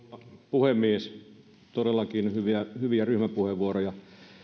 puhemies todellakin hyviä ryhmäpuheenvuoroja